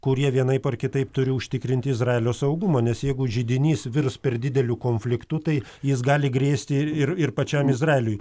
kurie vienaip ar kitaip turi užtikrinti izraelio saugumą nes jeigu židinys virs per dideliu konfliktu tai jis gali grėsti ir ir ir pačiam izraeliui